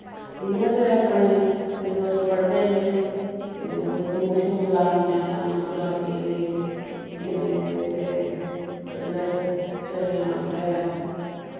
इ'यां गै अपने जदूं अस पढ़दे हे ते इ'यां कुतै टूर शूर लान जाना जग्राफी दे ते कदी अस चली जाना उत्थै